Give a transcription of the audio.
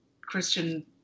Christian